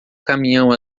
caminhão